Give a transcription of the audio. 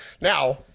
now